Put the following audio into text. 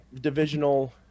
divisional